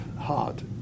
hard